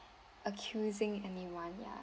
accusing anyone ya